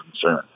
concern